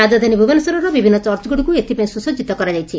ରାକଧାନୀ ଭୁବନେଶ୍ୱରର ବିଭିନ୍ନ ଚର୍ଚ୍ଚଗୁଡ଼ିକୁ ଏଥପାଇଁ ସୁସଜିତ କରାଯାଇଛି